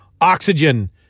oxygen